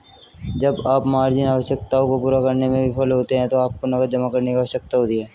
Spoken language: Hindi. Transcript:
जब आप मार्जिन आवश्यकताओं को पूरा करने में विफल होते हैं तो आपको नकद जमा करने की आवश्यकता होती है